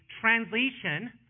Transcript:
translation